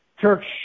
Church